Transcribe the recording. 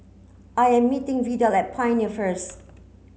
I am meeting Vidal at Pioneer first